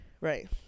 right